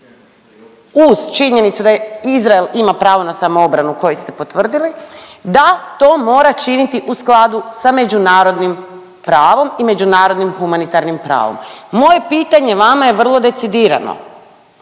uz činjenicu da Izrael ima pravo na samoobranu koju ste potvrdili, da to mora činiti u skladu sa međunarodnim pravom i međunarodnim humanitarnim pravom. Moje pitanje vama je vrlo decidirano,